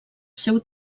seu